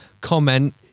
comment